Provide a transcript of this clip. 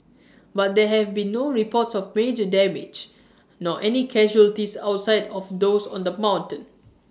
but there have been no reports of major damage nor any casualties outside of those on the mountain